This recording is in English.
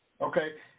Okay